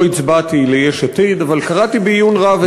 הצבעתי ליש עתיד אבל קראתי בעיון רב את המצע שלכם.